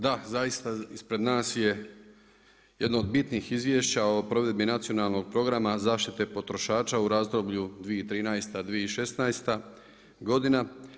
Da, zaista ispred nas je jedno od bitnih Izvješća o provedbi Nacionalnog programa zaštite potrošača u razdoblju 2013.-2016. godina.